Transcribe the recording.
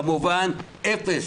כמובן אפס,